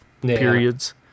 periods